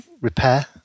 repair